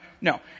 no